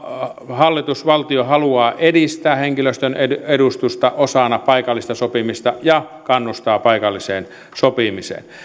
hallitus valtio haluaa edistää henkilöstön edustusta osana paikallista sopimista ja kannustaa paikalliseen sopimiseen